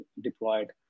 deployed